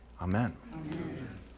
Amen